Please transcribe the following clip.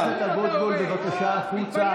חבר הכנסת אבוטבול, בבקשה החוצה.